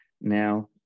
Now